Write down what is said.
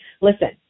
listen